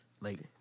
Later